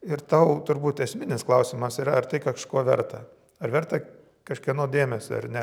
ir tau turbūt esminis klausimas yra ar tai kakžko verta ar verta kažkieno dėmesio ar ne